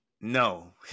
No